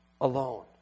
alone